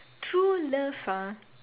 true love ah